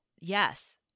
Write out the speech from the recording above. Yes